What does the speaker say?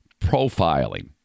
profiling